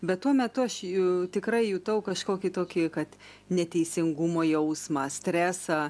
bet tuo metu aš ju tikrai jutau kažkokį tokį kad neteisingumo jausmą stresą